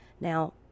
Now